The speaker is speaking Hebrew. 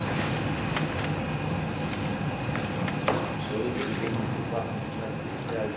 חברי הכנסת, ביקשתי את ההצעה הדחופה לסדר-היום,